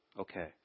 Okay